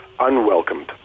unwelcomed